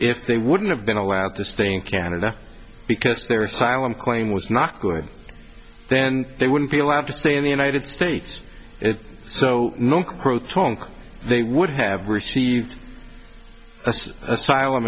if they wouldn't have been allowed to stay in canada because their asylum claim was not going then they wouldn't be allowed to stay in the united states it's so not quote they would have received asylum